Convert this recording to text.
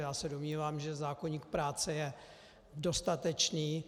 Já se domnívám, že zákoník práce je dostatečný.